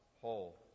whole